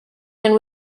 and